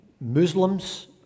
Muslims